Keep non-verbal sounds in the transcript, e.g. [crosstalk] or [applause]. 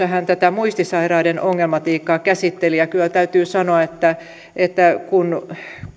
[unintelligible] hän käsitteli muistisairaiden ongelmatiikkaa ja kyllä täytyy sanoa että